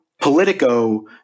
Politico